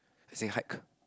as in hike